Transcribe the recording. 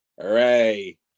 Hooray